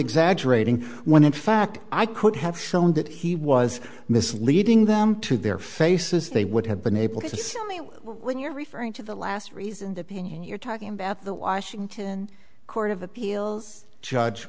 exaggerating when in fact i could have shown that he was misleading them to their faces they would have been able to sue me when you're referring to the last reason that you're talking about the washington court of appeals judge